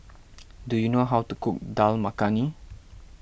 do you know how to cook Dal Makhani